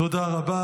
תודה רבה.